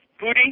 Booty